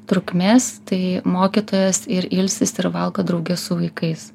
trukmės tai mokytojas ir ilsisi ir valgo drauge su vaikais